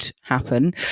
happen